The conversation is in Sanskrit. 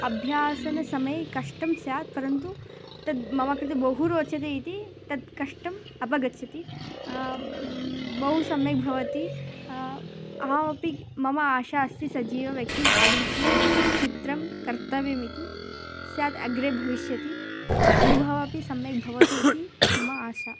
अभ्यासनसमये कष्टं स्यात् परन्तु मम कृते बहु रोचते इति तत् कष्टम् अपगच्छति बहु सम्यग्भवति अहमपि मम आशास्ति सजीवव्यक्तिम् आधृत्य चित्रं कर्तव्यमिति स्यादग्रे भविष्यति अनुभवः अपि सम्यग्भवतु इति मम आशा